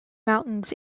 mountains